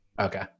Okay